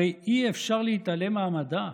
הרי אי-אפשר להתעלם מהמדע,